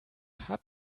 hat